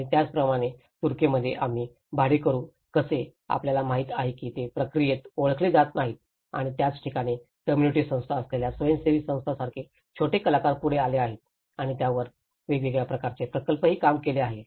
आणि त्याचप्रमाणे तुर्कीमध्ये आम्ही भाडेकरू कसे आपल्याला माहित आहे की ते प्रक्रियेत ओळखले जात नाहीत आणि त्याच ठिकाणी कॉम्युनिटी संस्था असलेल्या स्वयंसेवी संस्थांसारखे छोटे कलाकार पुढे आले आणि त्यांनी त्यावर वेगवेगळ्या प्रकल्पांवरही काम केले